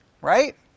right